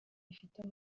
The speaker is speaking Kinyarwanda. gifite